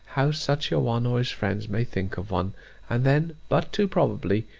how such a one or his friends may think of one and then, but too probably,